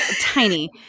tiny